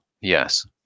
yes